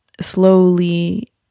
slowly